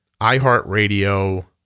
iHeartRadio